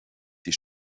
die